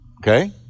okay